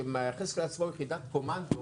שמייחס לעצמו יחידת קומנדו,